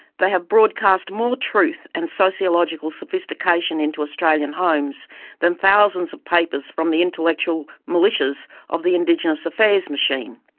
they have broadcast more truth and sociological sophistication into australian homes than thousands of papers from the intellectual militias of the indigenous affairs machine.